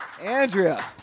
Andrea